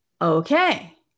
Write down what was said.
Okay